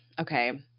Okay